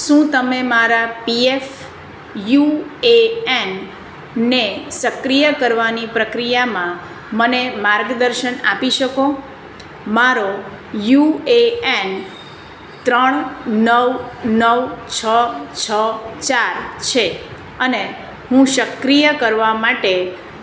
શું તમે મારા પીએફ યુ એ એન ને સક્રિય કરવાની પ્રક્રિયામાં મને માર્ગદર્શન આપી શકો મારો યુ એ એન ત્રણ નવ નવ છ છ ચાર છે અને હું સક્રિય કરવા માટે